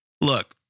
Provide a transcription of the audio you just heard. Look